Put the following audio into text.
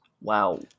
Wow